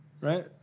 right